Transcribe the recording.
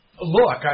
look